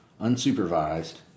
Unsupervised